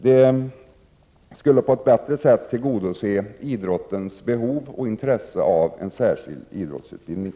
Det skulle på ett bättre : sätt tillgodose idrottens behov och intresse av en särskild idrottsutbildning.